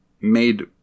made